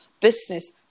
business